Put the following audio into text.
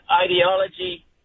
ideology